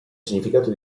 significato